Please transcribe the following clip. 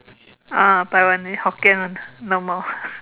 ah Taiwanese Hokkien [one] normal